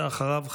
ואחריו,